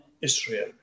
Israel